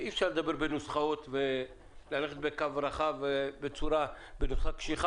שאי אפשר לדבר בנוסחאות וללכת בקו רחב בצורה קשיחה.